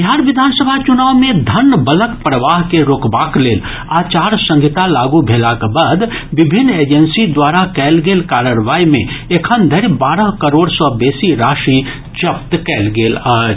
बिहार विधानसभा चुनाव मे धन बलक प्रवाह के रोकबाक लेल आचार संहिता लागू भेलाक बाद विभिन्न एजेंसी द्वारा कयल गेल कार्रवाई मे एखन धरि बारह करोड़ सँ बेसी राशि जब्त कयल गेल अछि